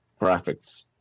graphics